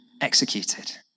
executed